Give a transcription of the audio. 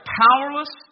powerless